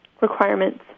requirements